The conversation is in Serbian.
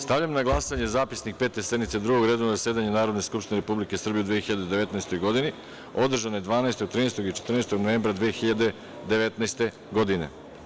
Stavljam na glasanje zapisnik Pete sednice Drugog redovnog zasedanja Narodne skupštine Republike Srbije u 2019. godine, održanoj 12, 13. i 14. novembra 2019. godine.